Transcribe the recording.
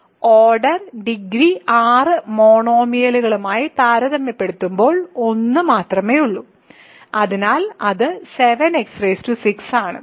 order degree 6 മോണോമിയലുമായി താരതമ്യപ്പെടുത്തുമ്പോൾ 1 മാത്രമേയുള്ളൂ അതിനാൽ അത് 7x6 ആണ്